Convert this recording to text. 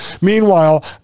Meanwhile